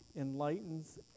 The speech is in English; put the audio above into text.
enlightens